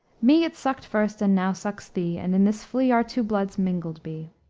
me it sucked first and now sucks thee, and in this flea our two bloods mingled be.